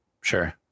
Sure